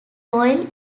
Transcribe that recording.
royal